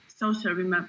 social